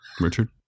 Richard